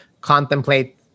contemplate